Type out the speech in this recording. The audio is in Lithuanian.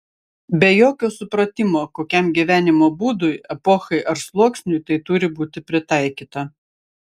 be jokio supratimo kokiam gyvenimo būdui epochai ar sluoksniui tai turi būti pritaikyta